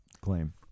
claim